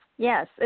Yes